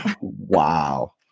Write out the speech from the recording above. wow